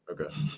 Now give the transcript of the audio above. okay